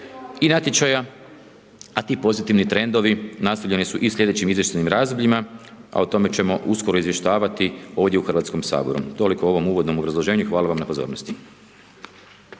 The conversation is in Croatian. i natječaja, a ti pozitivni trendovi nastavljeni su i sljedećim izvještajnim razdobljima, a o tome ćemo uskoro izvještavati ovdje u HS. Toliko o ovom uvodnom obrazloženju, hvala vam na pozornosti.